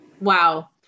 wow